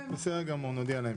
צירפנו נוסח לדיון.